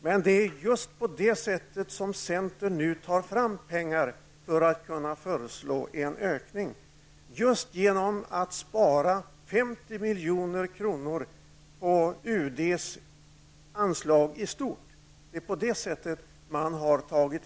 Men det är på det sättet som centern nu tar fram pengar för att kunna föreslå en ökning, just genom att spara 50 miljoner kronor på UDs anslag i stort.